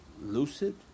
lucid